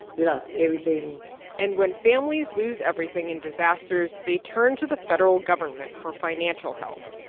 we lost everything and when families lose everything in disasters, they turn to the federal government for financial help.